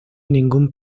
ningún